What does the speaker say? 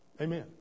Amen